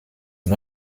nur